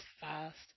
fast